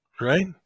right